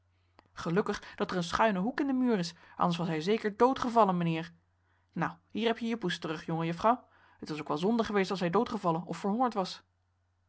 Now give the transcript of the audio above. gelukkig dat er een schuine hoek in den muur is anders was hij zeker dood gévallen meneer nou hier heb je je poes terug jongejuffrouw het was ook wel zonde geweest als hij doodgevallen of verhongerd was